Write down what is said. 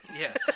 Yes